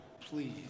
Please